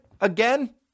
again